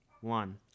One